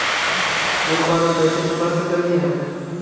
एक बार में पैसा चुका सकालिए है?